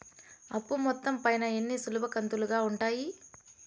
అప్పు మొత్తం పైన ఎన్ని సులభ కంతులుగా ఉంటాయి?